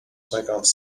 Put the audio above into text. cinquante